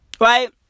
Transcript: Right